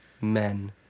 men